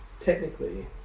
technically